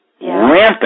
Rampant